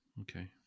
Okay